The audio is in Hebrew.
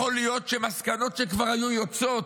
יכול להיות שמסקנות שכבר היו יוצאות,